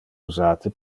usate